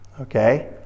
okay